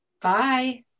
Bye